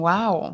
Wow